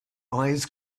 eyes